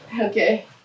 Okay